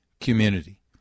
community